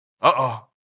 Uh-oh